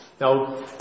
Now